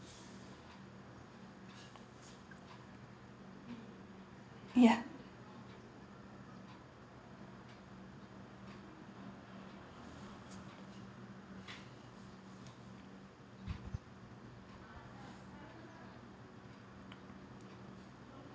ya